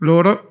Loro